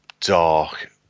dark